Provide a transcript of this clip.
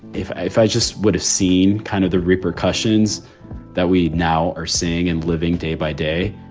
if i if i just would have seen kind of the repercussions that we now are seeing and living day by day,